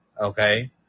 okay